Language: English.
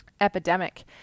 epidemic